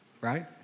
right